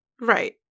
right